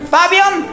Fabian